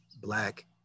Black